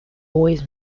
always